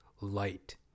light